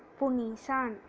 Punisan